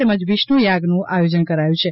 તેમજ વિષ્ણુયાગનું આયોજન કરાયું છે